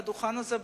מעל הדוכן הזה,